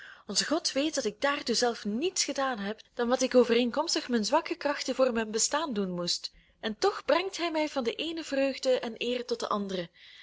onze god weet dat ik daartoe zelf niets gedaan heb dan wat ik overeenkomstig mijn zwakke krachten voor mijn bestaan doen moest en toch brengt hij mij van de eene vreugde en eer tot de andere